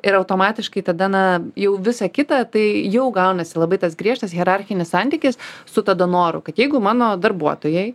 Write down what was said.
ir automatiškai tada na jau visa kita tai jau gaunasi labai tas griežtas hierarchinis santykis su tada noru kad jeigu mano darbuotojai